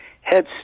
head